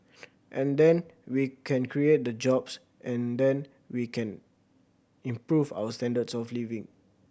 and then we can create the jobs and then we can improve our standards of living